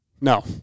no